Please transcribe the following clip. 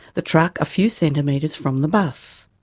the truck a few centimetres from the bus.